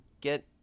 get